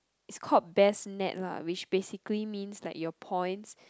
is called best nett lah which basically means like your points